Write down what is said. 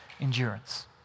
endurance